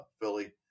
Philly